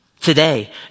today